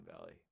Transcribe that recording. Valley